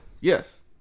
yes